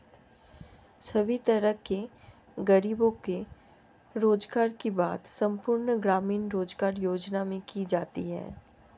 सभी तरह के गरीबों के रोजगार की बात संपूर्ण ग्रामीण रोजगार योजना में की जाती है